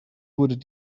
wurden